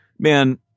Man